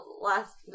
last